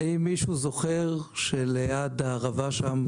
האם מישהו זוכר שליד הערבה שם,